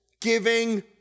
giving